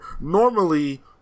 Normally